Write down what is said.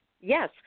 yes